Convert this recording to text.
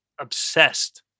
obsessed